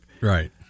Right